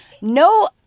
No